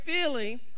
feeling